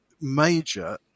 major